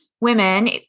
women